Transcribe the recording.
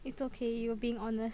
it's okay you were being honest